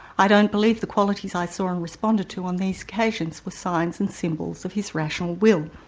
i don't believe the qualities i saw and responded to on these occasions were signs and symbols of his rational will.